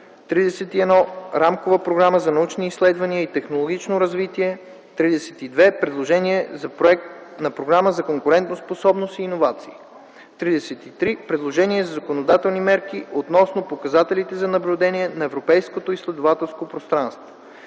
31. Рамкова програма за научни изследвания и технологично развитие. 32. Предложение за проект на Програма за конкурентоспособност и иновации. 33. Предложение за законодателни мерки относно показателите за наблюдение на европейското изследователско пространство.